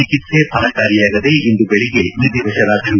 ಚಿಕಿತ್ಸೆ ಫಲಕಾರಿಯಾಗಿದೆ ಇಂದು ಬೆಳಗ್ಗೆ ವಿಧಿವಶರಾದರು